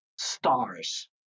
Stars